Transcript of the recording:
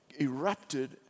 erupted